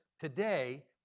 today